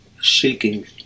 seeking